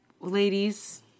ladies